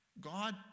God